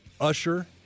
Usher